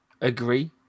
agree